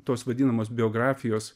tos vadinamos biografijos